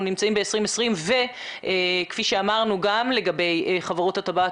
נמצאים ב-2020 וכפי שאמרנו גם לגבי חברות הטבק,